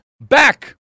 back